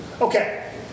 Okay